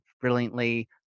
brilliantly